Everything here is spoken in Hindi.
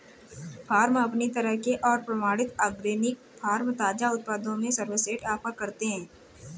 फ़ार्म अपनी तरह के और प्रमाणित ऑर्गेनिक फ़ार्म ताज़ा उत्पादों में सर्वश्रेष्ठ ऑफ़र करते है